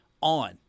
on